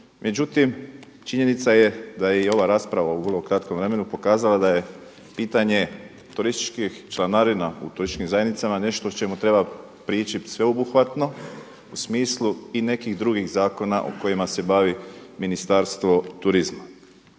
međutim činjenica je da je i ova rasprava u vrlo kratkom vremenu pokazala da je pitanje turistički članarina u turističkim zajednicama nešto o čemu treba prići sveobuhvatno u smislu i nekih drugih zakona o kojima se bavi Ministarstvo turizma.